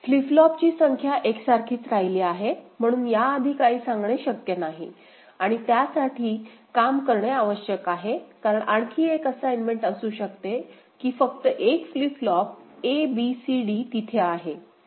flip फ्लॉपची संख्या एकसारखीच राहिली आहे म्हणूनच याआधी काही सांगणे शक्य नाही आणि त्यासाठी काम करणे आवश्यक आहे कारण आणखी एक असाइनमेंट असू शकते की फक्त 1 flip flop a b c d तिथे आहे